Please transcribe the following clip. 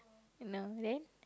you know then